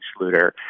Schluter